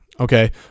Okay